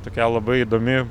tokia labai įdomi